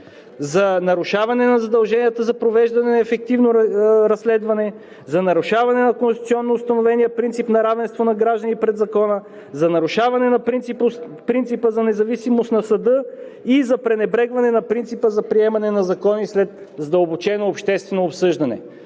за нарушаване на задълженията за провеждане на ефективно разследване, за нарушаване на конституционно установения принцип на равенство на гражданите пред Закона, за нарушаване на принципа за независимост на съда и за пренебрегване на принципа за приемане на закони след задълбочено обществено обсъждане.